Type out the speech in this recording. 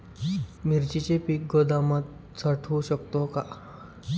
मिरचीचे पीक गोदामात साठवू शकतो का?